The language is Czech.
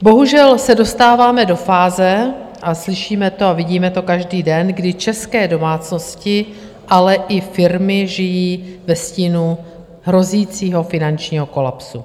Bohužel se dostáváme do fáze, a slyšíme to a vidíme to každý den, kdy české domácnosti, ale i firmy žijí ve stínu hrozícího finančního kolapsu.